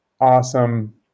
awesome